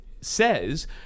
says